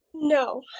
No